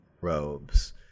robes